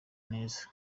neza